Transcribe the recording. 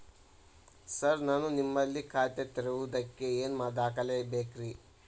Sir ನಾನು ನಿಮ್ಮಲ್ಲಿ ಖಾತೆ ತೆರೆಯುವುದಕ್ಕೆ ಏನ್ ದಾಖಲೆ ಬೇಕ್ರಿ?